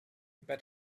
but